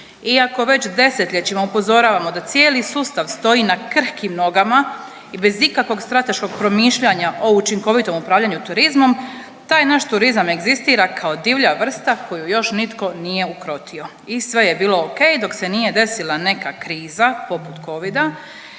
iako već desetljećima upozoravamo da cijeli sustav stoji na krhkim nogama i bez ikakvog strateškog promišljanja o učinkovitom upravljanju turizmom, taj naš turizam egzistira kao divlja vrsta koju još nitko nije ukrotio i sve je bilo okej dok se nije desila neka kriza poput Covida